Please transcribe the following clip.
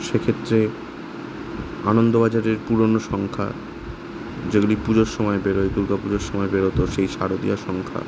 সেক্ষেত্রে আনন্দবাজারের পুরনো সংখ্যা যেগুলি পুজোর সময় বেরোয় দুর্গাপুজোর সময় বেরতো সেই শারদীয়া সংখ্যা